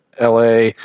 LA